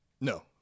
no